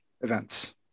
events